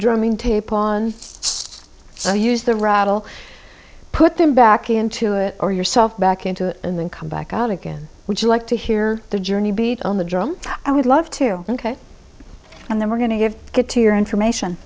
drumming tape on use the rattle put them back into it or yourself back into it and then come back out again would you like to hear the journey beat on the drum i would love to ok and then we're going to give it to your information